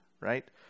right